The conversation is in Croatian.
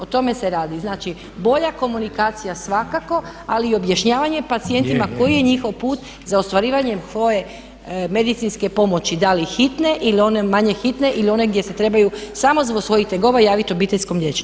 O tome se radi, znači, bolja komunikacija svakako ali objašnjavanje pacijentima koji je njihov put za ostvarivanje svoje medicinske pomoći, da li hitne ili one manje hitne ili one gdje se trebaju samo zbog svojih tegoba javiti obiteljskom liječniku.